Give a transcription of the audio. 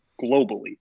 globally